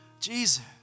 Jesus